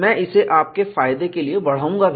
मैं इसे आप के फायदे के लिए बढ़ाऊंगा भी